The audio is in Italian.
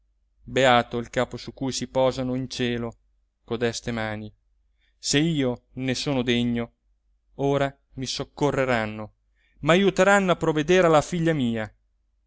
beato il capo su cui si posano in cielo codeste mani se io ne sono degno ora mi soccorreranno m'ajuteranno a provvedere alla figlia mia